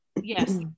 yes